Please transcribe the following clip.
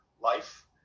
life